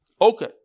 Okay